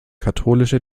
katholische